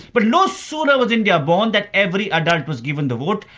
but no sooner was india born than every adult was given the vote.